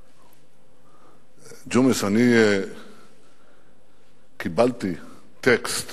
ג'ומס, אני קיבלתי טקסט